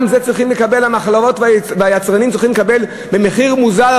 גם על זה המחלבות והיצרנים צריכים לקבל במחיר מוזל?